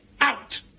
out